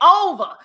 over